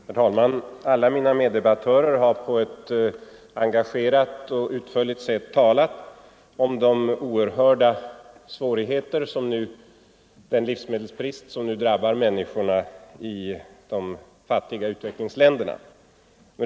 Herr talman! Alla mina meddebattörer har på ett engagerat och utförligt sätt talat om de oerhörda svårigheter som blir följden av en livsmedelsbrist som nu drabbar människorna i de fattiga utvecklingsländerna.